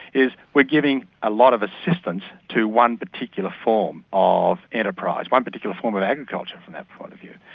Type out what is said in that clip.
is we are giving a lot of assistance to one particular form of enterprise, one particular form of agriculture from that point of view.